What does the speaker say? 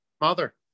mother